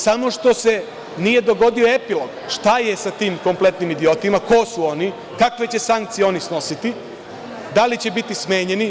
Samo što se nije dogodio epilog šta je sa tim kompletnim idiotima, ko su oni, kakve će sankcije oni snositi, da li će biti smenjeni.